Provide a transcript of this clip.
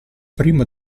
prima